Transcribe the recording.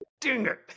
Dinger